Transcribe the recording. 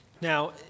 Now